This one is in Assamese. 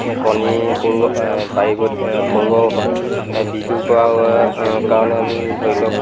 কণী পৰোৱা পাৰিব পৰোৱাও হয় বিক্ৰী কৰা কাৰণে আমি ধৰি লওক